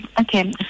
Okay